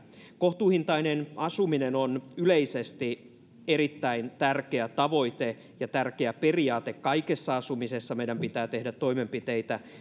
kohtuuhintainen asuminen on yleisesti erittäin tärkeä tavoite ja tärkeä periaate kaikessa asumisessa meidän pitää tehdä toimenpiteitä